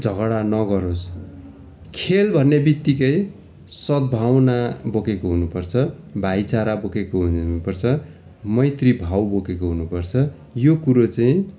झगडा नगरोस् खेल भन्ने बित्तिकै सद्भावना बोकेको हुनु पर्छ भाइचारा बोकेको हुनु पर्छ मैत्री भाव बोकेको हुनु पर्छ यो कुरो चाहिँ